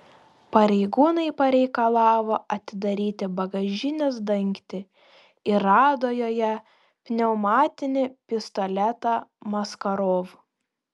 pareigūnai pareikalavo atidaryti bagažinės dangtį ir rado joje pneumatinį pistoletą makarov